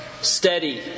steady